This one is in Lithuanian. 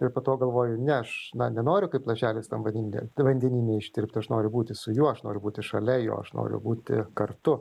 ir po to galvoju ne aš nenoriu kaip lašelis tam vandenyne vandeny neištirpti aš noriu būti su juo aš noriu būti šalia jo aš noriu būti kartu